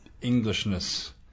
Englishness